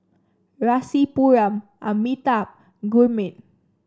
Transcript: Rasipuram Amitabh Gurmeet